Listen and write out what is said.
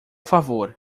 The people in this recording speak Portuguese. favor